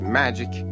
magic